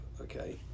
okay